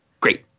Great